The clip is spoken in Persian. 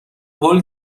هول